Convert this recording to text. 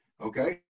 Okay